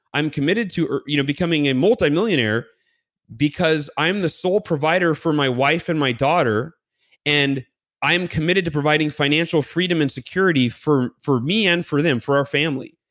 i'm committed to you know becoming a multimillionaire because i'm the sole provider for my wife and my daughter and i am committed to providing financial freedom and security for for me and for them for our family.